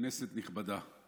כנסת נכבדה,